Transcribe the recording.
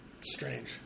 Strange